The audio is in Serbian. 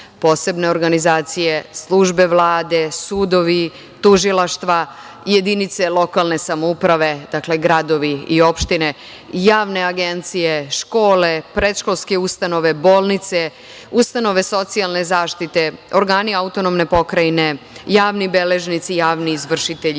posebne organizacije, službe Vlade, sudovi, tužilaštva, jedinice lokalne samouprave, dakle gradovi i opštine, javne agencije, škole, predškolske ustanove, bolnice, ustanove socijalne zaštite, organi autonomne pokrajine, javni beležnici, javni izvršitelji